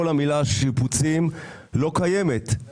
כל המילה שיפוצים לא קיימת, פשוט.